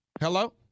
Hello